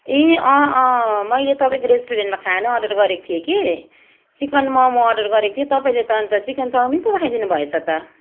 ए अँ अँ मैले तपाईँको रेस्टुरेन्टमा खाना अर्डर गरेको थिएँ कि चिकन मोमो अर्डर गरेको थिएँ तपाईँले त चिकन चौमिन पो पठाइदिनु भएछ त